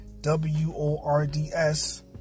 W-O-R-D-S